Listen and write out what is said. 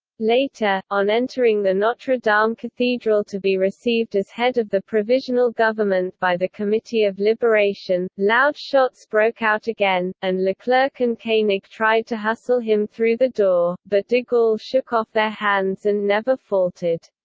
later, on entering the notre dame um cathedral to be received as head of the provisional government by the committee of liberation, loud shots broke out again, and leclerc and koenig tried to hustle him through the door, but de gaulle shook off their hands and never faltered.